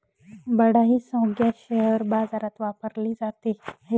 बडा ही संज्ञा शेअर बाजारात वापरली जाते